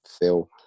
Phil